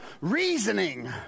reasoning